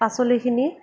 পাচলিখিনি